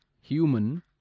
Human